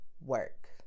work